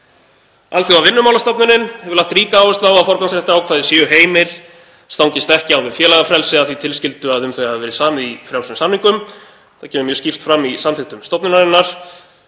Alþjóðavinnumálastofnunin hefur lagt ríka áherslu á að forgangsréttarákvæði séu heimil, stangist ekki á við félagafrelsi að því tilskildu að um þau hafi verið samið í frjálsum samningum. Það kemur mjög skýrt fram í samþykktum stofnunarinnar.